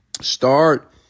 start